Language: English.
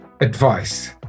advice